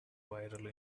viral